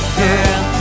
girl